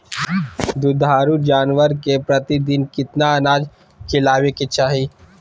दुधारू जानवर के प्रतिदिन कितना अनाज खिलावे के चाही?